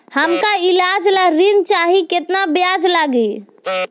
हमका ईलाज ला ऋण चाही केतना ब्याज लागी?